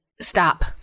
stop